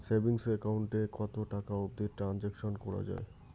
Savings account এ কতো টাকা অবধি ট্রানসাকশান করা য়ায়?